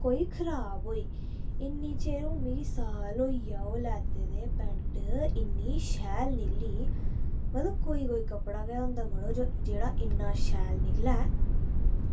कोई खराब होई इन्नी चिर मिगी साल होई गेआ ओह् लैते दे पैंट इन्नी शैल निकली ते ओह्बी कोई कोई कपड़ा गै होंदा मड़ो जेह्ड़ा इन्ना शैल निकलै